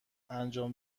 انجام